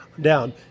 Down